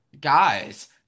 guys